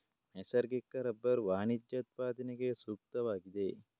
ನೈಸರ್ಗಿಕ ರಬ್ಬರು ವಾಣಿಜ್ಯ ಉತ್ಪಾದನೆಗೆ ಸೂಕ್ತವಾಗಿದೆ